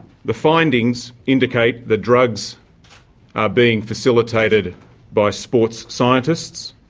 the findings indicate the drugs are being facilitated by sports scientists,